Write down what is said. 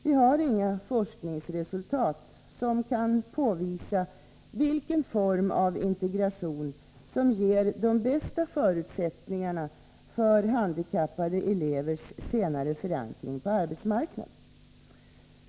Vi har inga forskningsresultat som kan påvisa vilken form av integration som ger de bästa förutsättningarna för handikappade elevers senare förankring på arbetsmarknaden.